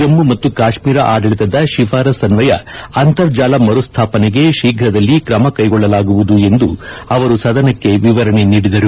ಜಮ್ನು ಮತ್ತು ಕಾಶ್ನೀರದ ಆಡಳಿತದ ಶಿಫಾರಸ್ ಅಸ್ವಯ ಅಂತರ್ಜಾಲ ಮರು ಸ್ಥಾಪನೆಗೆ ಶೀಘದಲ್ಲಿ ಕ್ರಮಕೈಗೊಳ್ಳಲಾಗುವುದು ಎಂದು ಅವರು ಸದನಕ್ಕೆ ವಿವರಣೆ ನೀಡಿದರು